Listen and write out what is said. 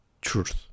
truth